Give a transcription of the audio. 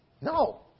no